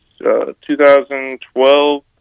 2012